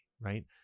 right